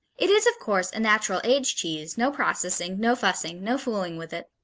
it is, of course, a natural aged cheese, no processing, no fussing, no fooling with it.